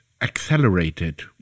Accelerated